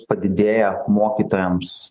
padidėja mokytojams